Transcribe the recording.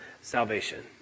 salvation